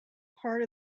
part